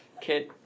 kid